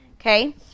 okay